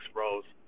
rose